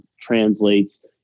translates